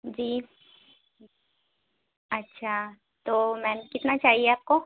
جی اچھا تو میم کتنا چاہیے آپ کو